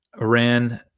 Iran